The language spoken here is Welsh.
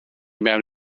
mewn